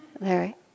Larry